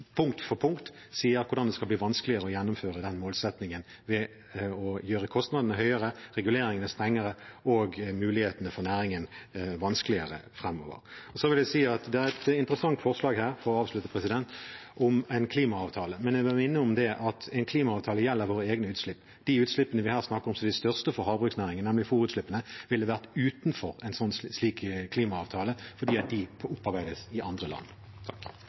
punkt for punkt sier hvordan det skal bli vanskeligere å gjennomføre den målsettingen ved å gjøre kostnadene høyere, reguleringene strengere og mulighetene for næringen vanskeligere framover. Videre vil jeg si at det er et interessant forslag – for å avslutte – om en klimaavtale. Jeg vil minne om at en klimaavtale gjelder våre egne utslipp. De utslippene vi her snakker om, som er de største for havbruksnæringen, nemlig fôrutslippene, ville vært utenfor en slik klimaavtale fordi de opparbeides i andre land.